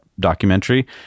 documentary